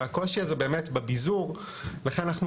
והקושי הזה הוא באמת בביזור וכאן אנחנו